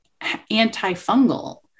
antifungal